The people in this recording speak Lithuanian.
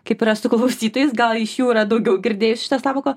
kaip yra su klausytojais gal iš jų yra daugiau girdėję šitą sąvoką